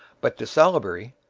but de salaberry,